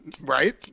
Right